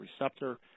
receptor